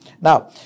Now